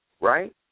right